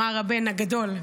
אמר הבן הגדול,